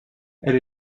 elle